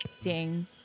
Ding